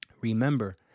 Remember